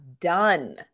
done